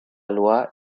loi